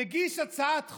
מגיש הצעת חוק,